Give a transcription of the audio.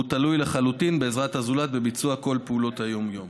והוא תלוי לחלוטין בעזרת הזולת בביצוע כל פעולות היום-יום.